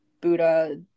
buddha